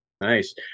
nice